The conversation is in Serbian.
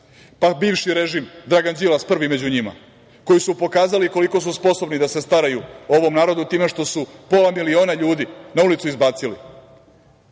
pa bivši režim, Dragan Đilas prvi među njima, koji su pokazali koliko su sposobni da se staraju o ovom narodu time što su pola miliona ljudi na ulicu izbacili. Danas